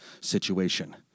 situation